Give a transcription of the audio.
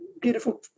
beautiful